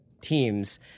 teams